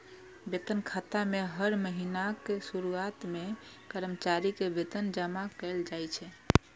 वेतन खाता मे हर महीनाक शुरुआत मे कर्मचारी के वेतन जमा कैल जाइ छै